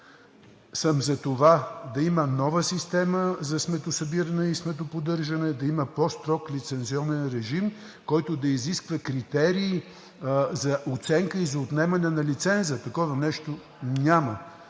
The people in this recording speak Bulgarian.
съм за това да има нова система за сметосъбиране и сметоподдържане, да има по-строг лицензионен режим, който да изисква критерии за оценка и за отнемане на лиценза. Такова нещо няма.